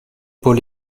paul